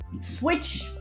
Switch